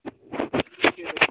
ओप्पोके phone लेबै